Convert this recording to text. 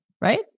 right